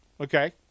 Okay